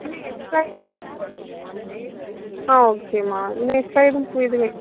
இன்னும் எக்ஸ்டரா எதுவும் ஆ ஓகேம்மா இன்னும் எக்ஸ்ட்ரா எதுவும் பூ எதுவும் வேணும்மா